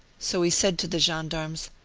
so he said to the gendarmes,